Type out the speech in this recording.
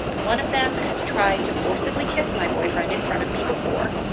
one of them has tried to forcibly kiss my boyfriend in front of me before,